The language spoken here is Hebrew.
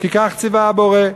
כי כך ציווה הבורא.